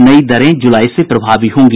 नई दरें जुलाई से प्रभावी होंगी